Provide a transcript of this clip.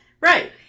Right